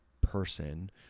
person